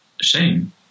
shame